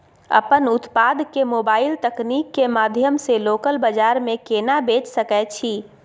अपन उत्पाद के मोबाइल तकनीक के माध्यम से लोकल बाजार में केना बेच सकै छी?